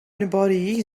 anybody